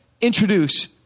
introduce